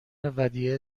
ودیعه